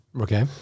Okay